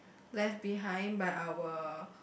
left behind by our